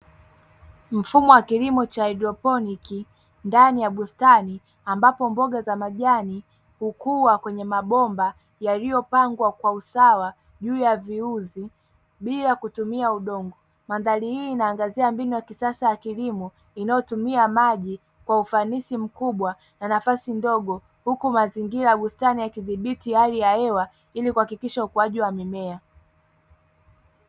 Mfumo wa kilimo cha haidroponiki ndani ya bustani ambapo mboga za majani hukua kwenye mabomba yaliyopangwa kwa usawa juu ya viuzi bila kutumia udongo. Mandhari hii inaangazia mbinu ya kisasa ya kilimo inayotumia maji kwa ufanisi mkubwa na nafasi ndogo huku mazingira ya bustani yakithibiti hali ya hewa ili kuhakikisha ukuaji wa mimea.